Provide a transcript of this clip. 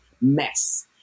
mess